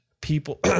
people